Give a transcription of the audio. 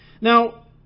Now